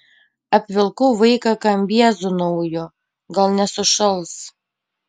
apvilkau vaiką kambiezu nauju gal nesušals